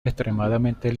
extremadamente